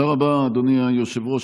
תודה רבה, אדוני היושב-ראש.